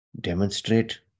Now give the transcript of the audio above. demonstrate